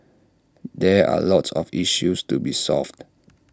there are lots of issues to be solved